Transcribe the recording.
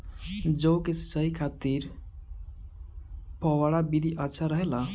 जौ के सिंचाई खातिर फव्वारा विधि अच्छा रहेला?